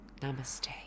Namaste